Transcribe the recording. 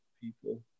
people